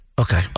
Okay